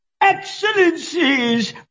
excellencies